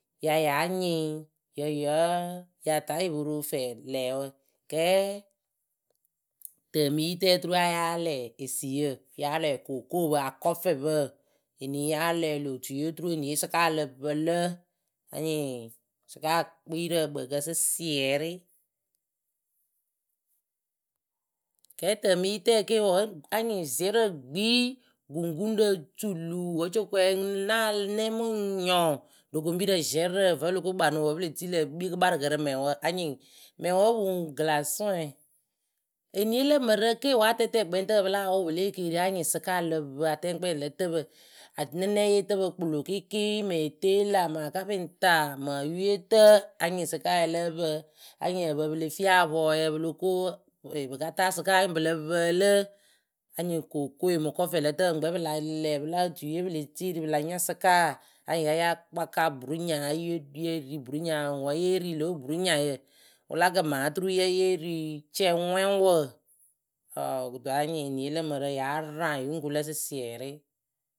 ya yáa nyɩŋ ya yǝ́ǝ yáa ta yɨ po roo fɛɛlɛwǝ kɛɛ tǝmɨyitǝɛ oturu a yáa lɛ esiyǝ a yáa lɛ okookopǝ akɔfɛpǝ eni yáa lɛɛlɩ otui oturu eniye sɩka lǝ pǝ lǝ anyɩŋ sɩka kpii rɨ ǝkpǝǝkǝ sɩsiɛrɩ kɛɛtǝmɨyitǝyǝ ke wǝǝ anyɩŋ ziɛrǝ gbii guŋkuŋrǝ suulu wǝ́ cɔkɔɛ náa lɛ mɨ ŋ nyɔŋ ɖokoŋpirǝ ziɛrǝ vǝ́ o lo ko kpanʊ wǝ́ pɨ le tii lǝ̈ e kpii kɨkparɨkǝ rɨ mɛŋwǝ anyɩŋ mɛŋwǝ o puŋ gɨlasɔɛ enie lǝ mǝrǝ ke wǝ́ atɛɛtɛɛkpɛŋtǝpǝ pɨ láa wʊʊ pɨ le ekeeri anyɩŋ sɩka lǝ pǝ atɛɛkpɛŋlǝtǝpǝ anɨnɛyeetǝpǝ kpɨlo kɩɩkɩ mɨŋ eteela mɨŋ akapɩŋta mɨ oyuyeetǝ anyɩŋ sɩka ya lǝ́ǝ pǝ anyɩŋ ǝpǝ pɨ le fii apɔɛ pɨ lo ko pɨ ka taa sɩka anyɩŋ pɨ lǝ pǝǝlɨ anyɩŋ kookoe mɨ kɔfɩlǝtǝpǝ ŋkpɛ pɨ la lɛ pɨlo otuye pɨ le siiri pɨ la nya sɩka anyɩŋ ya yáa kpaka burunya yeh ri burunyayǝ ŋwɨ wǝ́ yée ri lǒ burunyayǝ wɨla kɨmaa oturu ya yée ri cɛŋŋɛŋwǝ hɔɔ kɨto anyɩŋ enie lǝ mǝrǝ yáa raŋ yɨ ŋ ku lǝ sɩsiɛrɩ.